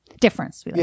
difference